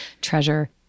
treasure